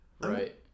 Right